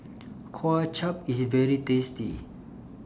Kuay Chap IS very tasty